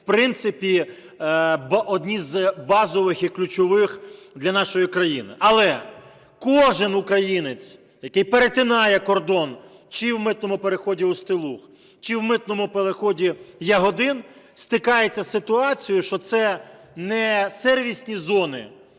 в принципі, одні з базових і ключових для нашої країни. Але кожен українець, який перетинає кордон чи в митному переході "Устилуг", чи в митному переході "Ягодин", стикаються із ситуацією, що це не сервісні зони,